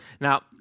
Now